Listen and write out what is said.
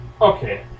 Okay